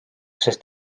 sest